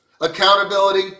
Accountability